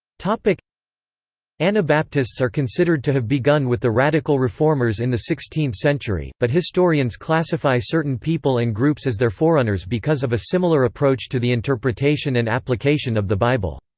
like anabaptists are considered to have begun with the radical reformers in the sixteenth century, but historians classify certain people and groups as their forerunners because of a similar approach to the interpretation and application of the bible.